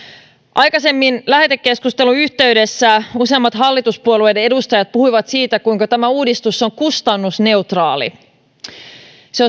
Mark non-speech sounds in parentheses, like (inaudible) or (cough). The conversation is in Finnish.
aikaisemmin lähetekeskustelun yhteydessä useammat hallituspuolueiden edustajat puhuivat siitä kuinka tämä uudistus on kustannusneutraali se (unintelligible)